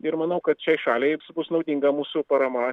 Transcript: ir manau kad šiai šaliai bus naudinga mūsų parama